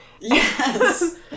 yes